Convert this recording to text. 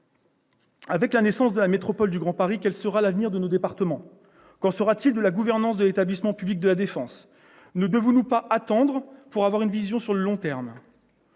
Après la naissance de la métropole du Grand Paris, quel sera l'avenir de nos départements ? Quelle sera la gouvernance de l'établissement public Paris La Défense ? Ne devrions-nous pas attendre afin d'avoir une vision à long terme ?